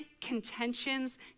contentions